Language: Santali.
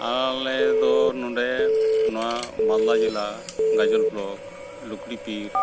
ᱟᱞᱮᱫᱚ ᱱᱚᱸᱰᱮ ᱱᱚᱣᱟ ᱢᱟᱞᱫᱟ ᱡᱮᱞᱟ ᱜᱟᱡᱚᱞ ᱵᱞᱚᱠ ᱞᱩᱠᱲᱤᱯᱤᱨ